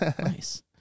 Nice